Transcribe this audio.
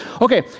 Okay